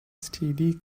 std